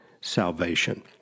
salvation